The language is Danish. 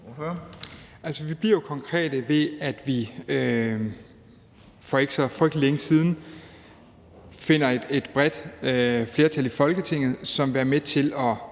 Vi bliver jo konkrete ved, at vi for ikke så frygtelig længe siden fandt et bredt flertal i Folketinget, som ville være med til at